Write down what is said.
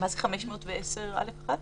מה זה סעיף 510(א1)?